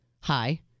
Hi